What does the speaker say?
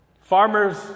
Farmers